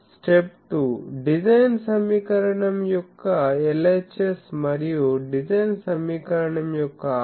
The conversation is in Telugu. స్టెప్ 2 డిజైన్ సమీకరణం యొక్క LHS మరియు డిజైన్ సమీకరణం యొక్క R